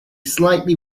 slightly